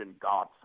God